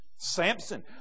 Samson